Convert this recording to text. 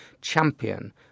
champion